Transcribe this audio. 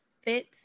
fit